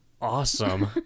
awesome